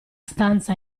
stanza